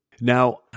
Now